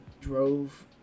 drove